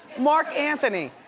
marc anthony,